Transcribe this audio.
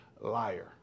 liar